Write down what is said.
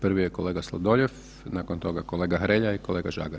Prvi je kolega Sladoljev, nakon toga kolega Hrelja i kolega Žagar.